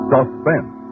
Suspense